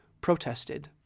protested